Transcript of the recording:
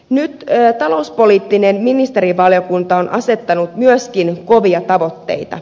nyt talouspoliittinen ministerivaliokunta on asettanut myöskin kovia tavoitteita